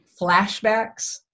flashbacks